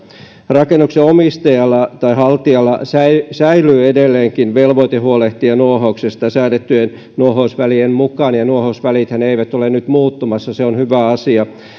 rakennuksen omistajalla tai haltijalla säilyy säilyy edelleenkin velvoite huolehtia nuohouksesta säädettyjen nuohousvälien mukaan nuohousvälithän eivät ole nyt muuttumassa ja se on hyvä asia